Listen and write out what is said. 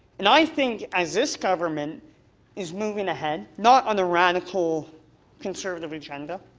and i think as this government is moving ahead, not on the radical conservative agenda,